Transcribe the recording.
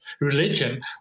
religion